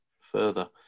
further